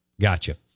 gotcha